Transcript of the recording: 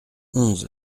onze